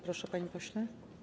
Proszę, panie pośle.